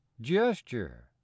gesture